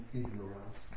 ignorance